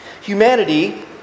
Humanity